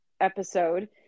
episode